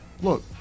Look